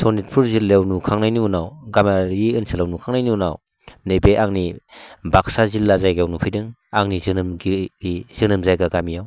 सनितपुर जिल्लायव नुखांनायनि उनाव गामियारि ओनसोलाव नुखांनायनि उनाव नैबे आंनि बाकसा जिल्ला जायगायाव नुफैदों आंनि जोनोमगिरि जोनोम जायगा गामियाव